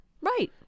Right